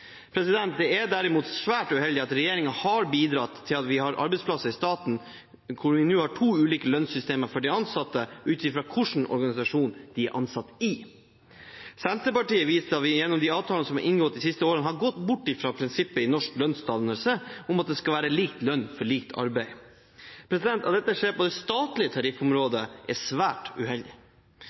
Det er derimot svært uheldig at regjeringen har bidratt til at vi har arbeidsplasser i staten hvor vi nå har to ulike lønnssystemer for de ansatte, ut fra hvilken organisasjon de er organisert i. Senterpartiet viser til at vi gjennom de avtalene som er inngått de siste årene, har gått bort fra prinsippet i norsk lønnsdannelse om at det skal være lik lønn for likt arbeid. At dette skjer på det statlige tariffområdet, er svært uheldig.